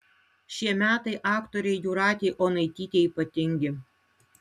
šie metai aktorei jūratei onaitytei ypatingi